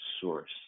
source